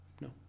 No